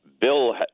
Bill